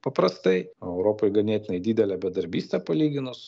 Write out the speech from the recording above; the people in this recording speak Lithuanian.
paprastai o europoj ganėtinai didelė bedarbystė palyginus